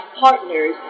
partners